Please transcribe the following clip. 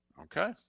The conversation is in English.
Okay